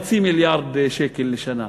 0.5 מיליארד שקל לשנה.